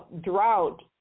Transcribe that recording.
drought